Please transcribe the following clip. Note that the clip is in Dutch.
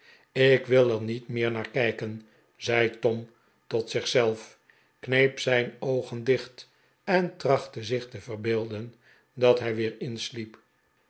er niet meer naar kijken zei tom tot zich zelf kneep zijn oogen dicht en trachtte zich te verbeelde'n dat hij weer insliep